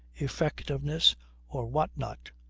effectiveness or what not,